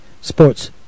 Sports